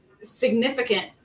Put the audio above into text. significant